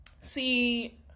see